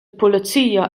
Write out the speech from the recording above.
pulizija